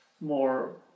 more